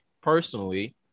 personally